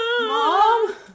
Mom